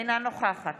אינה נוכחת